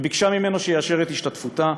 וביקשה ממנו שיאשר את השתתפותה.